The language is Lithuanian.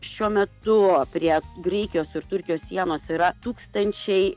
šiuo metu o prie graikijos ir turkijos sienos yra tūkstančiai